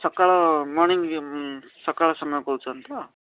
ସକାଳ ମର୍ଣ୍ଣିଙ୍ଗ ସକାଳ ସମୟ କହୁଛନ୍ତି ତ